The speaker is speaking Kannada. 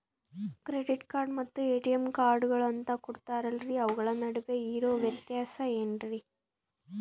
ಕ್ರೆಡಿಟ್ ಕಾರ್ಡ್ ಮತ್ತ ಎ.ಟಿ.ಎಂ ಕಾರ್ಡುಗಳು ಅಂತಾ ಕೊಡುತ್ತಾರಲ್ರಿ ಅವುಗಳ ನಡುವೆ ಇರೋ ವ್ಯತ್ಯಾಸ ಏನ್ರಿ?